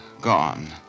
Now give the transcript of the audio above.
gone